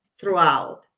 throughout